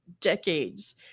decades